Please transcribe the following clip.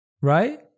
right